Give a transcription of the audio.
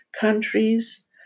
countries